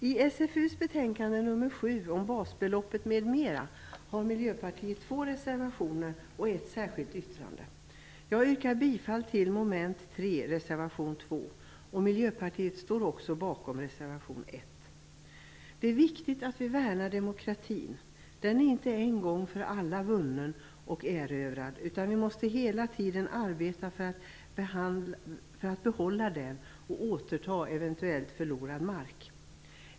Fru talman! Till SfU:s betänkande nr 7 om basbeloppet m.m. har Miljöpartiet fogat två reservationer och ett särskilt yttrande. Jag yrkar bifall till reservation 2 under mom. 3. Miljöpartiet står också bakom reservation 1. Det är viktigt att vi värnar demokratin. Den är inte en gång för alla vunnen och erövrad, utan vi måste hela tiden arbeta för att behålla den och återta eventuellt förlorad mark.